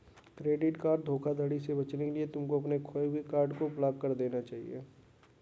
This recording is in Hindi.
क्रेडिट कार्ड धोखाधड़ी से बचने के लिए तुमको अपने खोए हुए कार्ड को ब्लॉक करा देना चाहिए